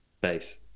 base